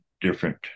different